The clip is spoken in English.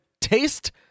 taste